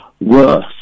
worse